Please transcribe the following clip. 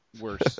worse